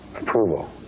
approval